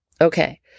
Okay